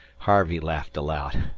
harvey laughed aloud.